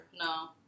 No